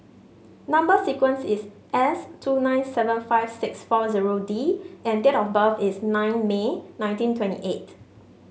number sequence is S two nine seven five six four zero D and date of birth is nine May nineteen twenty eight